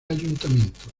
ayuntamiento